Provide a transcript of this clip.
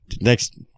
next